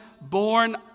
born